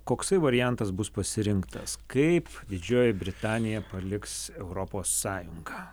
koksai variantas bus pasirinktas kaip didžioji britanija paliks europos sąjungą